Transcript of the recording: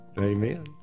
amen